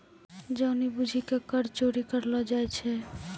जानि बुझि के कर चोरी करलो जाय छै